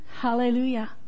Hallelujah